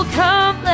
come